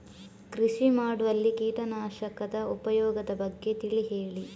ಕೃಷಿ ಮಾಡುವಲ್ಲಿ ಕೀಟನಾಶಕದ ಉಪಯೋಗದ ಬಗ್ಗೆ ತಿಳಿ ಹೇಳಿ